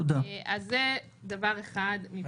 זה דבר אחד.